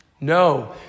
No